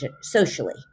socially